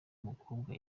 umukobwa